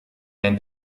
wenn